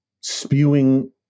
spewing